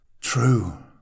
True